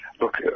Look